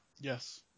Yes